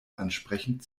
ansprechend